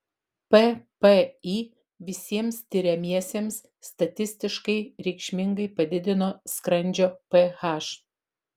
ppi visiems tiriamiesiems statistiškai reikšmingai padidino skrandžio ph